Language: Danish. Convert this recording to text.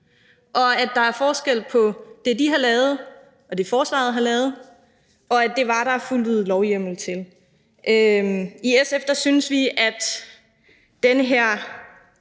og at der er forskel på det, de har lavet, og det, forsvaret har lavet, og at der var fuldt ud lovhjemmel til det. I SF synes vi, at den her